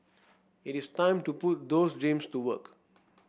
it is time to put those dreams to work